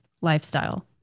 lifestyle